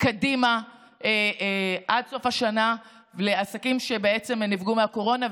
קדימה עד סוף השנה לעסקים שנפגעו מהקורונה,